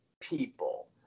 people